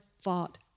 fought